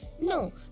no